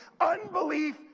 Unbelief